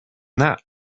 that